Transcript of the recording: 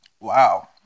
wow